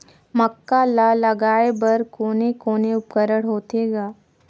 मक्का ला लगाय बर कोने कोने उपकरण होथे ग?